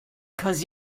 cause